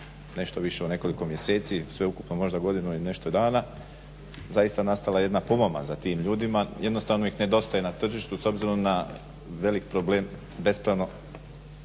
nešto više od nekoliko mjeseci, sveukupno možda godinu i nešto dana zaista je nastala jedna pomaza za tim ljudima. Jednostavno ih nedostaje na tržištu s obzirom na velik problem bespravnih